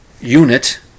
unit